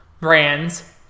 brands